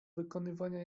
wykonywania